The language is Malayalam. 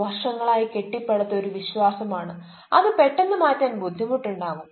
വർഷങ്ങളായി കെട്ടിപ്പടുത്ത ഒരു വിശ്വാസമാണ് അത് പെട്ടെന്ന് മാറ്റാൻ ബുദ്ധിമുട്ടാകും